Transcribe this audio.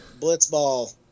Blitzball